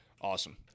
Awesome